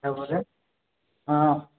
क्या बोले हँ